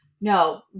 no